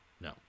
No